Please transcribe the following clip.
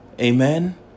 amen